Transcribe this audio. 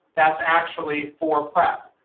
that's actually for prep,